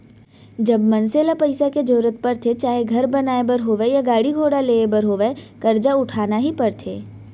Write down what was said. जब मनसे ल पइसा के जरुरत परथे चाहे घर बनाए बर होवय या गाड़ी घोड़ा लेय बर होवय करजा उठाना ही परथे